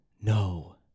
No